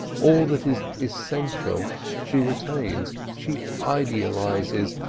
all that is essential she retains she idealises,